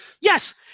Yes